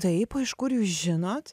taip o iš kur jūs žinot